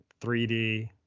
3D